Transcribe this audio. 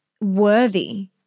worthy